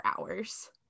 hours